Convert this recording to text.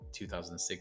2006